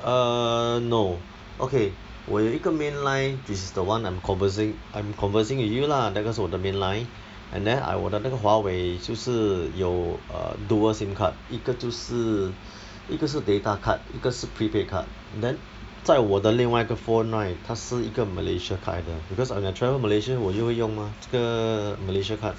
err no okay 我有一个 main line this is the one I'm conversing I'm conversing with you lah 那个是我的 main line and then I 我的那个华为就是有 err dual SIM card 一个就是一个是 data card 一个是 prepaid card then 在我的另外一个 phone right 它是一个 malaysia card 来的 because when I travel malaysia 我就会用 mah 这个 malaysia card